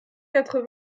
quatre